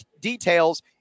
details